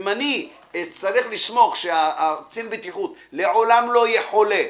אם אני אצטרך לסמוך שקצין הבטיחות לעולם לא יהיה חולה,